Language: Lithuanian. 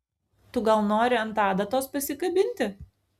tu gal nori ant adatos pasikabinti